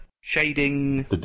shading